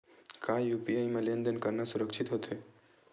का यू.पी.आई म लेन देन करना सुरक्षित होथे?